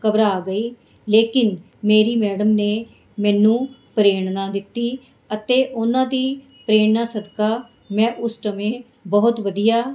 ਘਬਰਾ ਗਈ ਲੇਕਿਨ ਮੇਰੀ ਮੈਡਮ ਨੇ ਮੈਨੂੰ ਪ੍ਰੇਰਣਾ ਦਿੱਤੀ ਅਤੇ ਉਨਾਂ ਦੀ ਪ੍ਰੇਰਨਾ ਸਦਕਾ ਮੈਂ ਉਸ ਸਮੇਂ ਬਹੁਤ ਵਧੀਆ